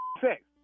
sex